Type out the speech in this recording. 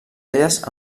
elles